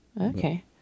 Okay